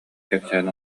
кэпсээн